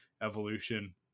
evolution